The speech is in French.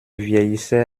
vieillissait